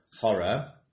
horror